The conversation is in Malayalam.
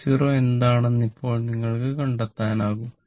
i0 എന്താണെന്ന് ഇപ്പോൾ നിങ്ങൾക്ക് കണ്ടെത്താനാകും